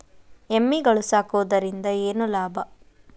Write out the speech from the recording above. ಎಮ್ಮಿಗಳು ಸಾಕುವುದರಿಂದ ಏನು ಲಾಭ?